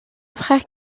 frère